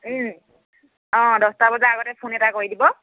অঁ দহটা বজাৰ আগতে ফোন এটা কৰি দিব